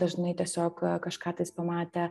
dažnai tiesiog kažką tais pamatę